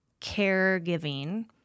caregiving